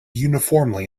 uniformly